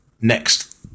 next